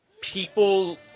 people